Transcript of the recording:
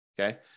Okay